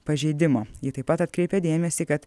pažeidimo ji taip pat atkreipia dėmesį kad